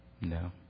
No